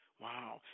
Wow